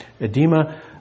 Edema